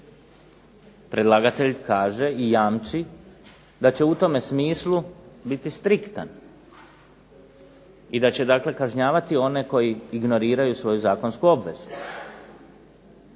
Predlagatelj kaže i jamči da će u tome smislu biti striktan i da će dakle kažnjavati one koji ignoriraju svoju zakonsku obvezu.